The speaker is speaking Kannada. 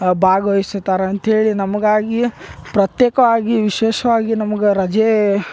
ಭಾಗವಹಿಸುತ್ತಾರೆ ಅಂತ್ಹೇಳಿ ನಮ್ಗಾಗಿ ಪ್ರತ್ಯೇಕವಾಗಿ ವಿಶೇಷವಾಗಿ ನಮಗೆ ರಜೆ